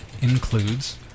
Includes